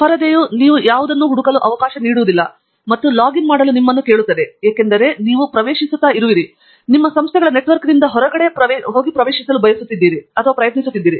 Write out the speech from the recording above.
ಪರದೆ ನೀವು ಯಾವುದನ್ನಾದರೂ ಹುಡುಕುವಂತೆ ಅವಕಾಶ ನೀಡುವುದಿಲ್ಲ ಮತ್ತು ಲಾಗಿನ್ ಮಾಡಲು ನಿಮ್ಮನ್ನು ಕೇಳುತ್ತದೆ ಏಕೆಂದರೆ ನೀವು ಪ್ರವೇಶಿಸುತ್ತಿರುವಿರಿ ಅಥವಾ ನಿಮ್ಮ ಸಂಸ್ಥೆಗಳ ನೆಟ್ವರ್ಕ್ನಿಂದ ಹೊರಗೆ ಪ್ರವೇಶಿಸಲು ಪ್ರಯತ್ನಿಸುತ್ತೀರಿ